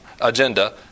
agenda